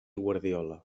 guardiola